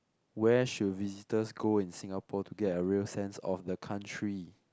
where should visitors go in Singapore to get a real sense of the country